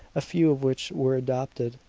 a few of which were adopted.